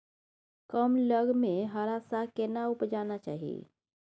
कम लग में हरा साग केना उपजाना चाही?